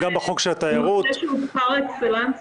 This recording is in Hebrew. הוא חוק של ראש הממשלה.